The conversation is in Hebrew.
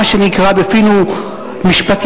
מה שנקרא בפינו משפטיציה,